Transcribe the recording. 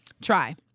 Try